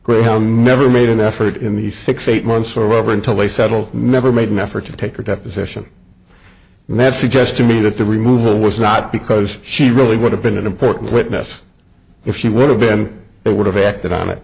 greyhound never made an effort in the six eight months or whatever until they settled never made an effort to take her deposition and that suggests to me that the removal was not because she really would have been an important witness if she would have been it would have acted on it